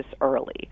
early